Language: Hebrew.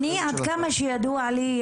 עד כמה שידוע לי,